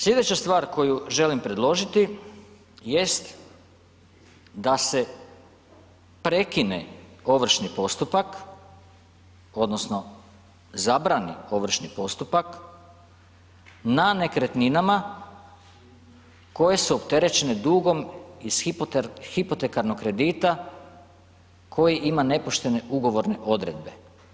Slijedeća stvar koju želim predložiti jest da se prekine ovršni postupak odnosno zabrani ovršni postupak na nekretninama koje su opterećene dugom iz hipotekarnog kredita koji ima nepoštene ugovorne odredbe.